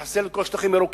לחסל את כל השטחים הירוקים,